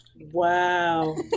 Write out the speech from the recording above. wow